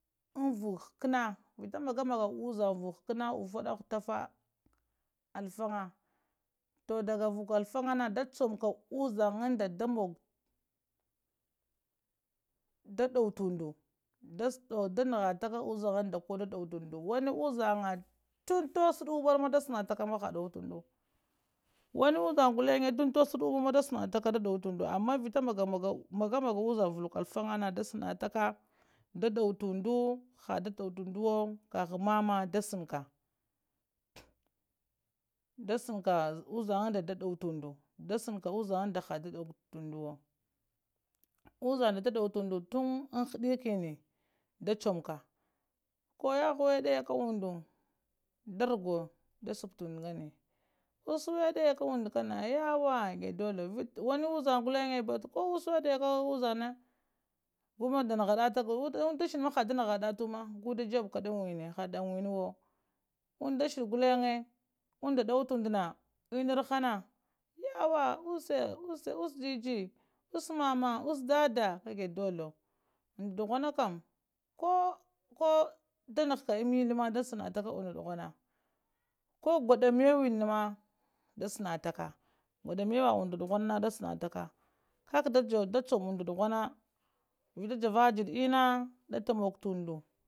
An vuku ghakana vita magamaga uzangan vuku ghuttafa, alfa anga da chumanka uzanga da dowo tunɗu da nahataka uzanga koh da dowo tunɗu wanni uzanga tun tosde upa, a ma da sanataka ha dowo tunuwo wani uzanga gullenge tunɗ tasde upa, a ma da sanataka da dowo tundu ama vita magamaga uzanja vuku alfangana da sana akana da dawo tunɗu koh hardo dowo turouwo kaha mama da sanaka da sanka uzanganda da dawo tunɗu, tun an haɗɗeƙini da chumka koh yahge wede kaga unɗu da raggowo ɗa sapp tunɗu ngan e uss wedde kagg unɗuna kanana yawa guldotho wani uzangalenge vita uss wedde kag uzana gumede warka nahadata unda shiddi ma hada nahadatu ma guɗa jebbe kad ungini ha ɗanguniwo unda shiddi gullen undada dawo tunɗana enna rahana jawa usshe usshe ussjiji uss mama uss ɗada kaggede dothowo undu ɗulana kam koh koh danali aka an milli ma da sanataka undu duhana koh gudda mewehama da sanataka gudda mewa undu ɗuha nama da sanataka kagga da chumowo unɗa duhana vita javaja tina ɗa tamoko tunɗu